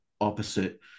opposite